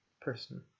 person